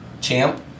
champ